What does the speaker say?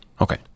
Okay